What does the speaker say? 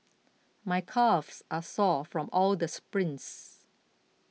my calves are sore from all the sprints